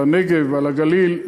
בנגב ובגליל.